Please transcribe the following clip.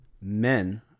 men